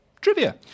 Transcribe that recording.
Trivia